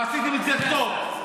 ועשיתם את זה טוב.